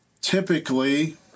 typically